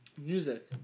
music